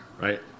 right